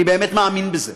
אני באמת מאמין בזה.